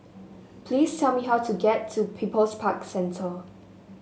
please tell me how to get to People's Park Centre